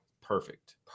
perfect